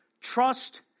Trust